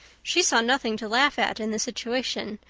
she saw nothing to laugh at in the situation,